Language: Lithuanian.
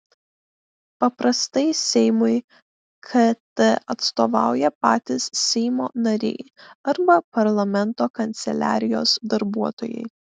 paprastai seimui kt atstovauja patys seimo nariai arba parlamento kanceliarijos darbuotojai